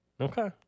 Okay